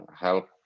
help